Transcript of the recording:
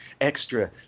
extra